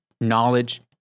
Knowledge